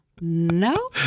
no